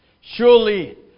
Surely